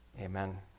Amen